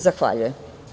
Zahvaljujem.